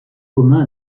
communs